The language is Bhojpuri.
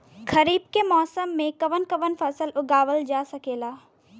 खरीफ के मौसम मे कवन कवन फसल उगावल जा सकेला?